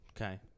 Okay